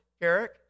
Eric